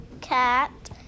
cat